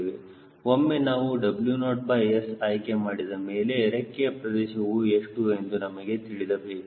ಒಮ್ಮೆ ನಾವು W0S ಆಯ್ಕೆ ಮಾಡಿದ ಮೇಲೆ ರೆಕ್ಕೆಯ ಪ್ರದೇಶವು ಎಷ್ಟು ಎಂದು ನಮಗೆ ತಿಳಿದಿದೆ